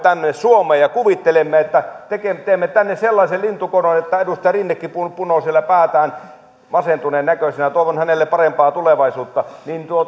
tänne suomeen ja kuvitella että teemme tänne lintukodon edustaja rinnekin punoo punoo siellä päätään masentuneen näköisenä toivon hänelle parempaa tulevaisuutta